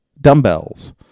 dumbbells